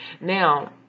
Now